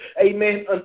amen